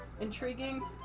intriguing